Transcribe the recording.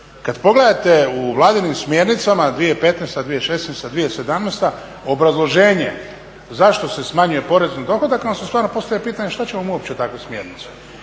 kad pogledate u Vladinim smjernicama 2015., 2016., 2017. obrazloženje zašto se smanjuje porez na dohodak onda se stvarno postavlja pitanje što će nam uopće takve smjernice?